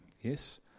Yes